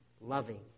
loving